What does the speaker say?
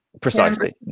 precisely